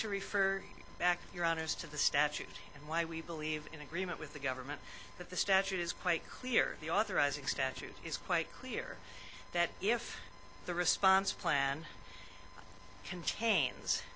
to refer back to your honor's to the statute and why we believe in agreement with the government that the statute is quite clear the authorizing statute is quite clear that if the response plan contains